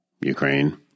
Ukraine